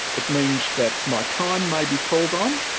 it means that my time may be called on.